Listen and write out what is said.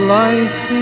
life